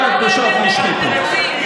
כל הפרות הקדושות נשחטו.